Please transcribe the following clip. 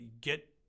get